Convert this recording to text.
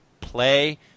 play